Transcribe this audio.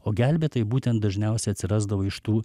o gelbėtojai būtent dažniausia atsirasdavo iš tų